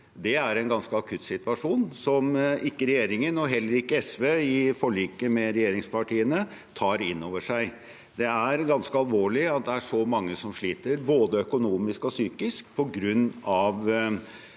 Det er en ganske akutt situasjon som ikke regjeringen, og heller ikke SV i forliket med regjeringspartiene, tar inn over seg. Det er ganske alvorlig at det er så mange som sliter, både økonomisk og psykisk, på grunn av